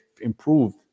improved